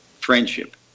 friendship